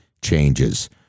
Changes